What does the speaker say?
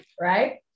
Right